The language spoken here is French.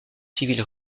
civile